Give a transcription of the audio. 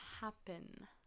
happen